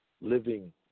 living